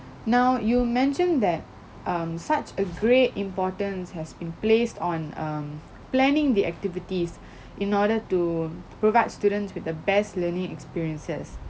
now you mentioned that um such a great importance has been placed on um planning the activities in order to provide students with the best learning experiences